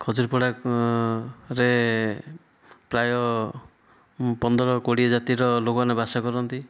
ଖଜୁରୀପଡ଼ା ରେ ପ୍ରାୟ ପନ୍ଦର କୋଡ଼ିଏ ଜାତିର ଲୋକମାନେ ବାସ କରନ୍ତି